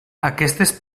aquestes